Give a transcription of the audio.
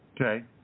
Okay